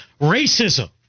racism